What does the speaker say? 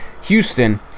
Houston